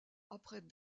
après